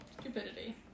Stupidity